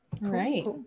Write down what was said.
Right